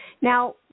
Now